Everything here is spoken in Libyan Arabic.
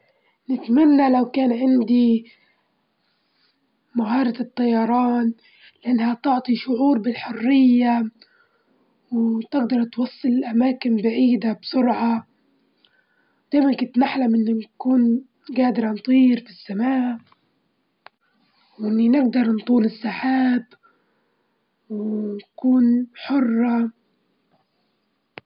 هوايتي المفضلة هي قراءة الكتب اللي بتتكلم عن التنمية الذاتية والفلسفة، أستمتع بالقراءة لإنها تعطيك فرصة للتفكير والنمو الشخصي وكتب الخيال العلمي عندي توسع خيالك وتعيشك في عالم ثاني.